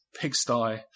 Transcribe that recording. pigsty